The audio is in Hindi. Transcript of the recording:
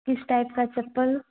किस टाइप का चप्पल